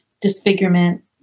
disfigurement